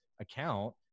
account